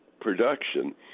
production